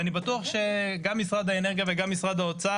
אני בטוח שגם משרד האנרגיה וגם משרד האוצר